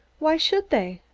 why should they